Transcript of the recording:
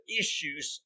issues